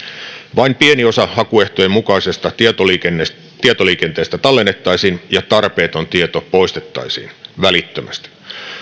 vain pieni osa hakuehtojen mukaisesta tietoliikenteestä tietoliikenteestä tallennettaisiin ja tarpeeton tieto poistettaisiin välittömästi